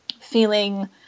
feeling